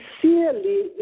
sincerely